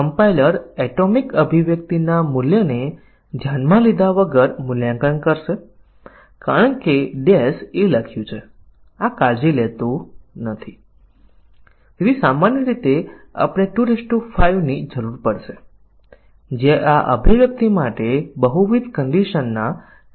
ચાલો હું આ દલીલને પુનરાવર્તિત કરું છું કે દરેક નિવેદન કોઈ શાખા પર રહેલું છે તેથી જો બધી શાખાઓ આવરી લેવામાં આવી હોય તો બધા નિવેદનો આવરી લેવામાં આવ્યાં હોવા જોઈએ જેથી તે બતાવે છે કે શાખા કવરેજ નિવેદન કવરેજ પ્રાપ્ત કરશે પરંતુ આપણે કેવી રીતે બતાવીશું કે નિવેદન કવરેજ શાખા કવરેજ પ્રાપ્ત કરતું નથી